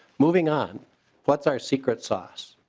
moving on what's our secret sauce?